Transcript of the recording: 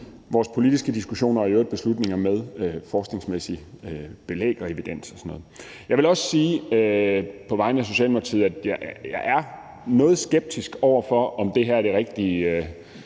vores politiske diskussioner og i øvrigt beslutninger med forskningsmæssige belæg og evidens og sådan noget. Jeg vil også sige på vegne af Socialdemokratiet, at jeg er noget skeptisk over for, om det her er den rigtige